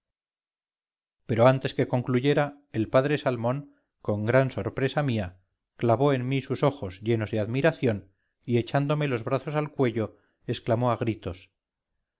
pero antes que concluyera el padre salmón con gran sorpresa mía clavó en mí sus ojos llenos de admiración y echándome los brazos al cuello exclamó a gritos